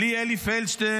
בלי אלי פלדשטיין,